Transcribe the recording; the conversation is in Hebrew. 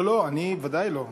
לא לא, אני ודאי לא.